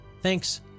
Thanks